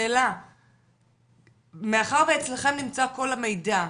מאחר ואצלכם נמצא כל המידע,